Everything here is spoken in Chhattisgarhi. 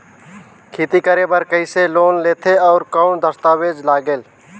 खेती करे बर कइसे लोन लेथे और कौन दस्तावेज लगेल?